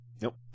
Nope